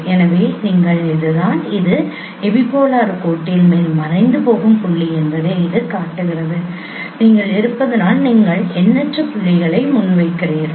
எனவே நீங்கள் இதுதான் இது எபிபோலார் கோட்டின் மேல் மறைந்து போகும் புள்ளி என்பதை இது காட்டுகிறது நீங்கள் இருப்பதால் நீங்கள் எண்ணற்ற புள்ளிகளை முன்வைக்கிறீர்கள்